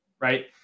right